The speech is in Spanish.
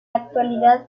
actualidad